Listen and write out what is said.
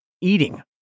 eating